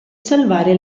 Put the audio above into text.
salvare